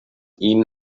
ihnen